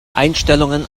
einstellungen